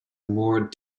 more